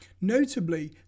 Notably